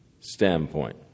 standpoint